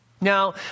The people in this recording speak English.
Now